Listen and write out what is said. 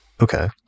Okay